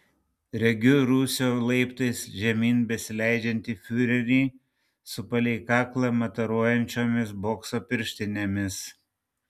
regiu rūsio laiptais žemyn besileidžiantį fiurerį su palei kaklą mataruojančiomis bokso pirštinėmis